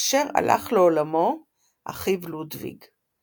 כאשר הלך לעולמו אחיו לודוויג.